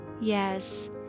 Yes